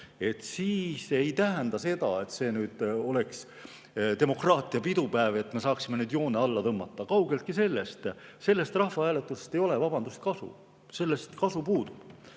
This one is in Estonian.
siis ei tähenda see seda, et see oleks demokraatia pidupäev, et me saaksime nüüd joone alla tõmmata. Kaugel sellest! Sellest rahvahääletusest ei ole, vabandust, kasu. Kasu puudub.